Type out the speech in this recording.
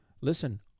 listen